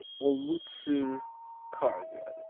olmutzer quargel,